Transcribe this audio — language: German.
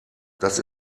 das